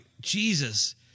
Jesus